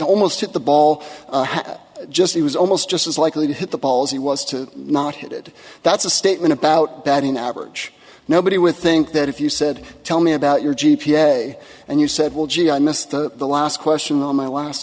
almost hit the ball just he was almost just as likely to hit the ball as he was to not hit it that's a statement about batting average nobody would think that if you said tell me about your g p a and you said well gee i missed the last question on my last